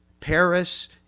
Paris